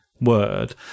word